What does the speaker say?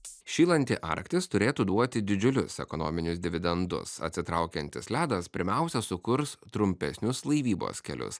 šylantį arktis turėtų duoti didžiulius ekonominius dividendus atsitraukiantis ledas pirmiausia sukurs trumpesnius laivybos kelius